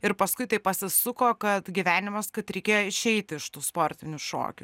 ir paskui taip pasisuko kad gyvenimas kad reikėjo išeiti iš tų sportinių šokių